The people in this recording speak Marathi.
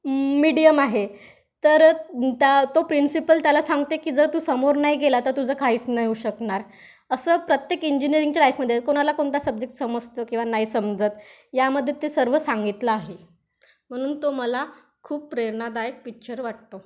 मीडियम आहे तर त्या तो प्रिन्सिपल त्याला सांगते की जर तू समोर नाही गेला तर तुझं काहीच नाही येऊ शकणार असं प्रत्येक इंजिनिअरिंगच्या लाईफमध्ये कोणाला कोणता सब्जेक्ट समजतं किंवा नाही समजत यामध्ये ते सर्व सांगितलं आहे म्हणून तो मला खूप प्रेरणादायक पिक्चर वाटतो